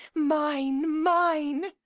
mine, mine!